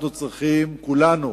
אנחנו צריכים, כולנו,